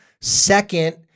Second